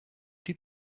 die